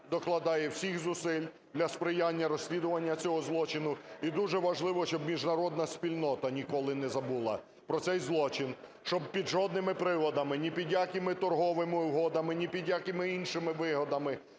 докладає всіх зусиль для сприяння розслідування цього злочину і дуже важливо, щоб міжнародна спільнота ніколи не забула про цей злочин, щоб під жодними приводами, ні під якими торговими угодами, ні під якими іншими вигодами